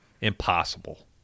Impossible